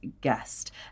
guest